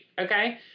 Okay